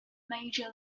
major